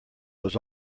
was